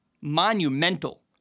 monumental